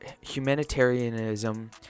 humanitarianism